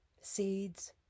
seeds